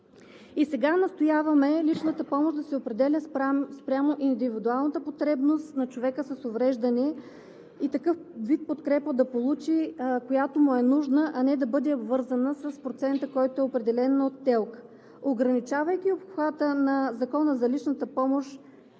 Сега настояваме личната помощ да се определя спрямо индивидуалната потребност и такъв вид подкрепа да получи, която му е нужна, а не да бъде обвързана с процента, който е определен от ТЕЛК. Ограничавайки обхвата на Закона за личната помощ